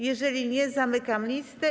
Jeżeli nie, zamykam listę.